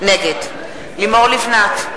נגד לימור לבנת,